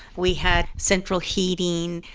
we had central heating.